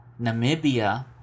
Namibia